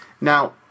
Now